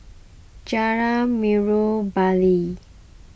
Jalan Bali